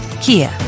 Kia